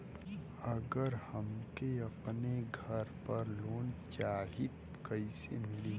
अगर हमके अपने घर पर लोंन चाहीत कईसे मिली?